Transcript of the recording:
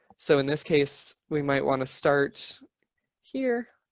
so in this case we might want to start here.